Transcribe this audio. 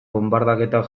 bonbardaketak